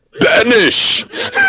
BANISH